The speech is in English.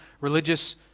religious